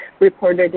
reported